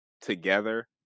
together